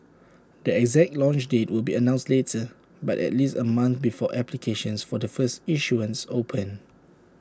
the exact launch date will be announced later but at least A month before applications for the first issuance open